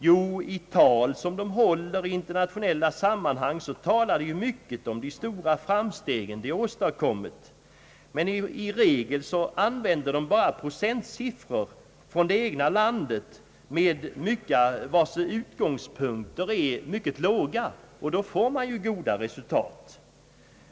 Ja, i tal som företrädare för dessa länder håller i internationella sammanhang talar man mycket om de stora framsteg som man åstadkommit, men i regel använder man procentsiffror från det egna landet, där utgångspunkterna är mycket låga, och då får man ju bra resultat!